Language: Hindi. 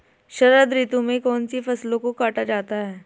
शरद ऋतु में कौन सी फसलों को काटा जाता है?